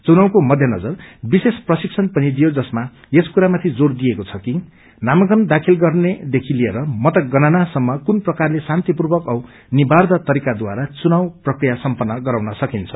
चुनावको मध्यनजर विशेष प्रशिक्षण पनि दिइयो जसमा यस कुरमामथि जोर दिइएको छ कि नामाकंन दाखिल गर्नेदेखि लिएर मतगणना सम्म कुन प्रकारले शान्तिपूर्वक औ निवोध तरीकाद्वारा चुनाव प्रक्रिया सम्पन्न गराउन सकिन्छ